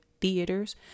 theaters